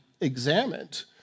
examined